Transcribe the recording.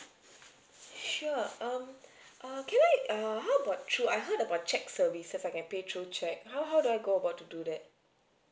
sure um err can I err how about through I heard about cheque services I can pay through cheque how how do I go about to do that